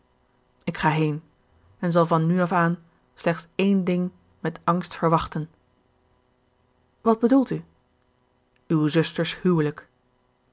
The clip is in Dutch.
ik ga heen en zal van nu af aan slechts één ding met angst verwachten wat bedoelt u uw zuster's huwelijk